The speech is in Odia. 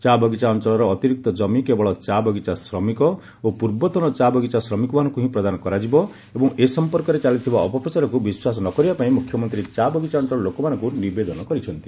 ଚା ବଗିଚା ଅଞ୍ଚଳର ଅତିରିକ୍ତ କମି କେବଳ ଚା ବଗିଚା ଶ୍ରମିକ ଓ ପୂର୍ବତନ ଚା ବଗିଚା ଶ୍ରମିକମାନଙ୍କୁ ହିଁ ପ୍ରଦାନ କରାଯିବ ଏବଂ ଏ ସମ୍ପର୍କରେ ଚାଲିଥିବା ଅପପ୍ରଚାରକୁ ବିଶ୍ୱାସ ନ କରିବା ପାଇଁ ମୁଖ୍ୟମନ୍ତ୍ରୀ ଚା ବଗିଚା ଅଞ୍ଚଳର ଲୋକମାନଙ୍କୁ ନିବେଦନ କରିଛନ୍ତି